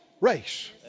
race